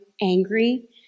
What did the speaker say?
angry